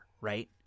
right